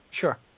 Sure